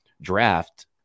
draft